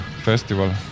Festival